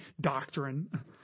doctrine